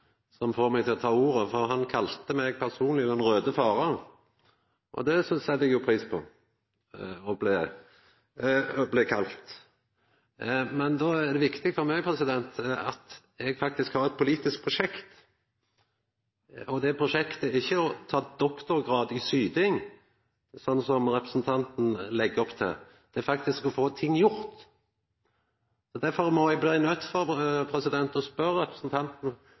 som fekk meg til å ta ordet, for han kalla meg personleg den raude faren, og det set eg jo pris på å bli kalla. Men då er det viktig for meg at eg faktisk har eit politisk prosjekt, og det prosjektet er ikkje å ta doktorgrad i syting, sånn som representanten legg opp til. Det er faktisk å få ting gjort. Derfor blir eg nøydd til å spørja representanten